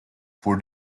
for